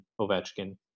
Ovechkin